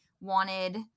wanted